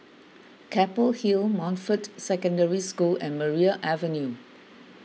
Keppel Hill Montfort Secondary School and Maria Avenue